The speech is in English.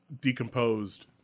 decomposed